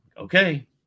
Okay